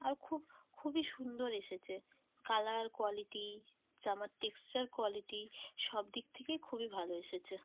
আর খুব খুবই সুন্দর এসেছে কালার কোয়ালিটি জামার টেক্সচার কোয়ালিটি সব দিক থেকেই খুবই ভাল এসেছে